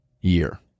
year